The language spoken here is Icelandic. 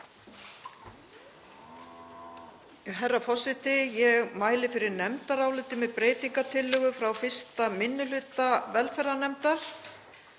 Herra forseti. Ég mæli fyrir nefndaráliti með breytingartillögu frá 1. minni hluta velferðarnefndar.